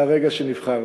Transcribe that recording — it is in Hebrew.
מהרגע שנבחרת.